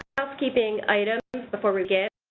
housekeeping item before we begin.